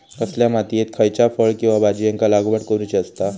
कसल्या मातीयेत खयच्या फळ किंवा भाजीयेंची लागवड करुची असता?